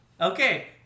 Okay